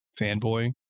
fanboy